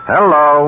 Hello